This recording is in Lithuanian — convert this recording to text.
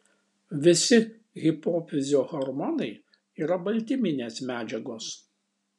visi hipofizio hormonai yra baltyminės medžiagos